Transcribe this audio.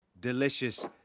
Delicious